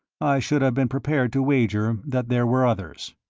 i should have been prepared to wager that there were others.